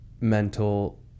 mental